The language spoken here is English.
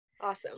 Awesome